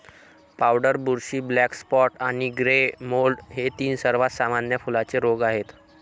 powder बुरशी, black spot आणि grey mould हे तीन सर्वात सामान्य फुलांचे रोग आहेत